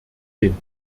den